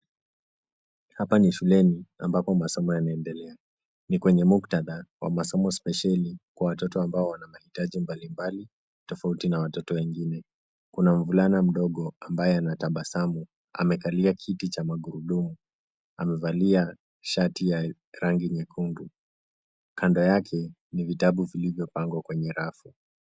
Hapa ni shuleni ambapo masomo yanaendelea. Ni kwenye muktadha wa masomo spesheli kwa watoto ambao wana mahitaji mbali mbali, tofauti na watoto wengine. Kuna mvulana mdogo ambaye anatabasamu, amekalia kiti cha magurudumu, amevalia shati ya rangi nyekundu. Kando yake ni vitabu vilivyopangwa kwenye rafu.